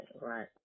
right